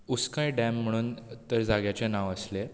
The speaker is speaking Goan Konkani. उस्कय डेम म्हणून थंय जाग्याचे नांव आसलें